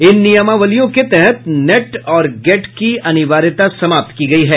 इन नियमावलियों के तहत नेट और गेट की अनिवार्यता समाप्त की गयी है